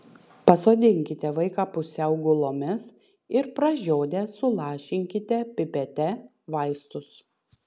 pasodinkite vaiką pusiau gulomis ir pražiodę sulašinkite pipete vaistus